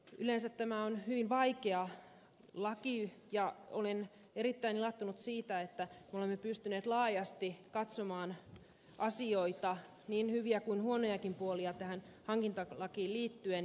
yleensä tämä on hyvin vaikea laki ja olen erittäin ilahtunut siitä että olemme pystyneet laajasti katsomaan asioita niin hyviä kuin huonojakin puolia tähän hankintalakiin liittyen